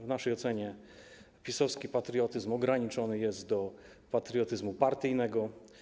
W naszej ocenie PiS-owski patriotyzm ograniczony jest do patriotyzmu partyjnego.